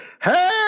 hey